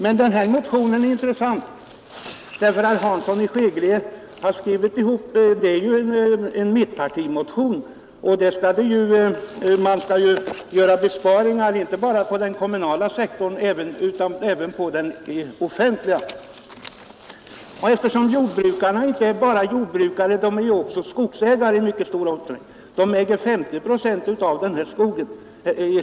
Men den här motionen är också intressant, herr Hansson i Skegrie, därför att den är en mittpartimotion. Man skall göra besparingar inte bara på den kommunala sektorn utan även på den statliga. Nu är jordbrukarna inte bara jordbrukare utan också skogsägare i mycket stor utsträckning; de äger 50 procent av skogen i det här landet.